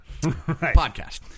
podcast